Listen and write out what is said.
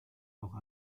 auch